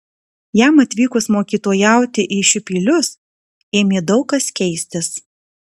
jam atvykus mokytojauti į šiupylius ėmė daug kas keistis